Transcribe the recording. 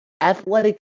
Athletic